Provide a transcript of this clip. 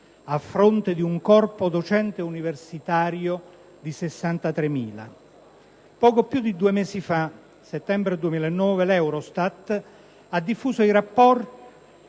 a fronte di un corpo docente universitario di 63.000 docenti. Poco più di due mesi fa (settembre 2009), l'Eurostat ha diffuso i dati